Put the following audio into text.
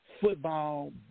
football